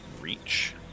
reach